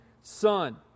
Son